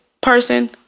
person